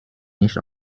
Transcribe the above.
nicht